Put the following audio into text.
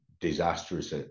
disastrous